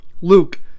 Luke